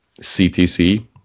CTC